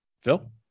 Phil